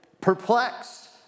perplexed